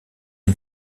une